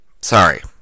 Sorry